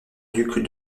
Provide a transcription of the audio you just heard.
duc